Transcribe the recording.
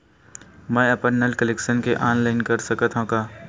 मैं अपन नल कनेक्शन के ऑनलाइन कर सकथव का?